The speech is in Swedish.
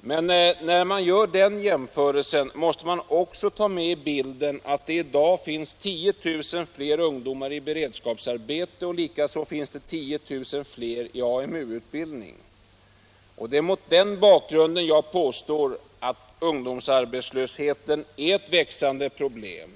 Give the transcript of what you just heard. Men när man gör den jämförelsen, måste man också ta med i bilden att det i dag finns 10 000 fler ungdomar i beredskapsarbete och likaså 10 000 fler i AMU-utbildning. Det är mot denna bakgrund jag påstår att ungdomsarbetslösheten är ett växande problem.